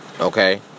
okay